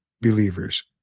believers